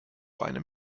einem